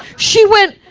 she went,